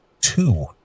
two